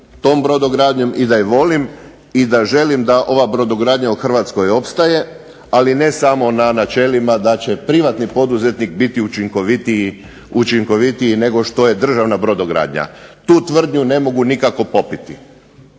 tom brodogradnjom i da je volim i da želim da ova brodogradnja u Hrvatskoj opstaje, ali ne samo na načelima da će privatni poduzetnik biti učinkovitiji nego što je državna brodogradnja. Tu tvrdnju ne mogu nikako popiti.